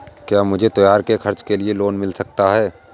क्या मुझे त्योहार के खर्च के लिए लोन मिल सकता है?